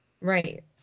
Right